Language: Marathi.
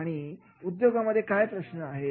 आणि उद्योगामध्ये काय प्रश्न आहेत